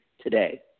Today